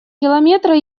километра